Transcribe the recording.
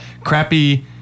crappy